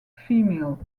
female